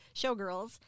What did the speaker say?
showgirls